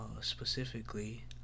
specifically